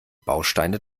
bausteine